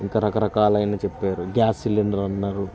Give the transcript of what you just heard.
ఇంకా రకరకాలు అయినాయి చెప్పారు గ్యాస్ సిలిండర్ అన్నారు